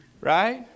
Right